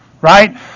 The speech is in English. right